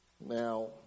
Now